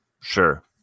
Sure